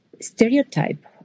Stereotype